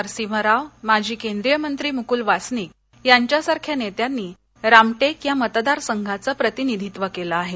नरसिंव्ह राव माजी केंद्रीय मंत्री मुक्ल वासनिक यांच्यासारख्या नेत्यांनी रामटेक या मतदारसंघाचं प्रतिनिधित्व केलं आहे